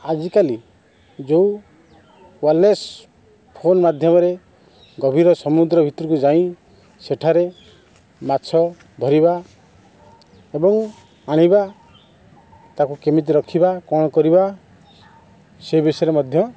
ଆଜିକାଲି ଯେଉଁ wireless phone ମାଧ୍ୟମରେ ଗଭୀର ସମୁଦ୍ର ଭିତୁରୁକୁ ଯାଇଁ ସେଠାରେ ମାଛ ଧରିବା ଏବଂ ଆଣିବା ତାକୁ କେମିତି ରଖିବା କ'ଣ କରିବା ସେ ବିଷୟରେ ମଧ୍ୟ